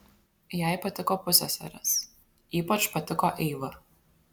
jai patiko pusseserės ypač patiko eiva